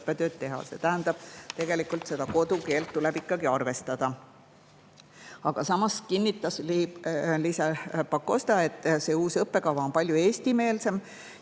õppetööd teha. See tähendab, et tegelikult kodukeelt tuleb ikkagi arvestada. Aga samas kinnitas Liisa-Ly Pakosta, et uus õppekava on palju eestimeelsem,